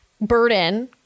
burden